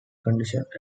conditioned